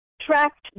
tracked